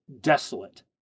desolate